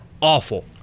awful